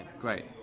Great